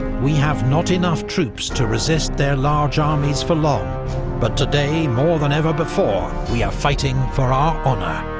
we have not enough troops to resist their large armies for long but today, more than ever before, we are fighting for our honour.